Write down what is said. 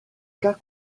cas